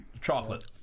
Chocolate